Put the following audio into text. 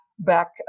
back